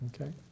okay